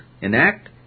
enact